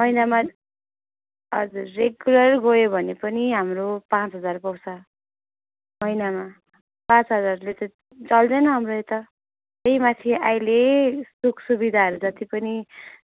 महिनामा हजुर रेगुलर गयो भने पनि हाम्रो पाँच हजार पाउँछ महिनामा पाँच हजारले त चल्दैन हाम्रो यता त्यहीमाथि अहिले सुखसुविधाहरू जति पनि